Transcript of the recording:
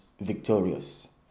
victorious